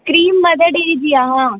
cream Mother Dairy जी आहे हा